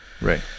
right